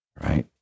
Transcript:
right